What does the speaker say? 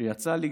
שיצא לי,